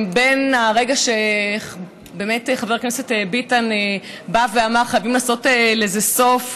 שמן הרגע שחבר הכנסת ביטן בא ואמר: חייבים לעשות לזה סוף,